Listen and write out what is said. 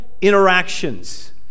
interactions